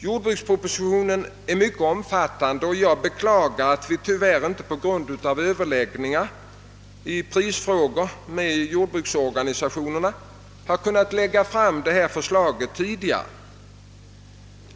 Jordbrukspropositionen är mycket omfattande, och jag beklagar att vi tyvärr inte, på grund av överläggningar i prisfrågor med jordbruksorganisationerna, har kunnat lägga fram detta förslag tidigare.